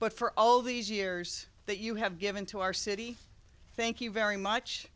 but for all these years that you have given to our city thank you very much